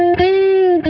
be